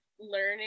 learning